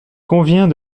convient